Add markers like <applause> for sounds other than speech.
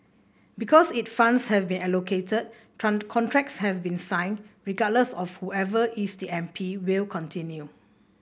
because if funds have been allocated <unintelligible> contracts have been signed regardless of whoever is the M P will continue